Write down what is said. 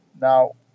Now